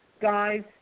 guys